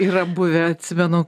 yra buvę atsimenu